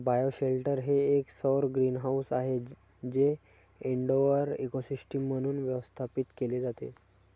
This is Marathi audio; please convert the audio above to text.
बायोशेल्टर हे एक सौर ग्रीनहाऊस आहे जे इनडोअर इकोसिस्टम म्हणून व्यवस्थापित केले जाते